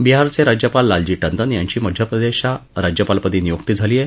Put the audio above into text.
बिहारचे राज्यपाल लालजी टंडन यांची मध्य प्रदेशच्या राज्यपालपदी नियुक्ती झाली आहे